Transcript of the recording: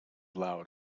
loud